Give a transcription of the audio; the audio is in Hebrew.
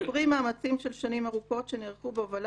הוא פרי מאמצים של שנים ארוכות שנערכו בהובלה